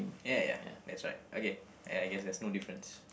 ya ya ya that's right okay I I guess there's no difference